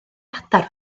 adar